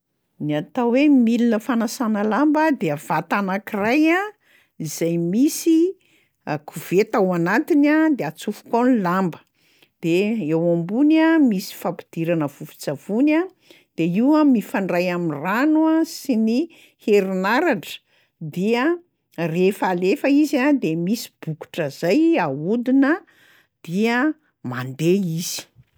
Ny atao hoe milina fanasana lamba de vata anankiray a izay misy koveta ao anatiny a de atsofoka ao ny lamba, de eo ambony a misy fampidirana vovon-tsavony a de io a mifandray am'rano a sy ny herinaratra dia rehefa alefa izy a de misy bokotra zay ahodina dia mandeha izy.